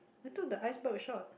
I took the iceberg shot